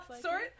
sorry